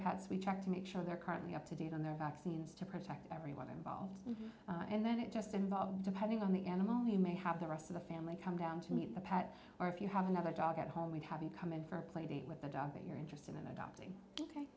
pets we check to make sure they're currently up to date on their vaccines to protect everyone involved and then it just involved depending on the animal you may have the rest of the family come down to meet the pet or if you have another dog at home and have you come in for a playdate with a dog that you're interested in a